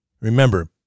Remember